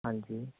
ਹਾਂਜੀ